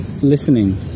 Listening